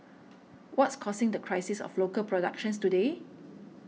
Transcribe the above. what's causing the crisis of local productions today